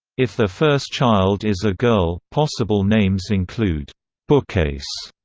if their first child is a girl, possible names include bookcase,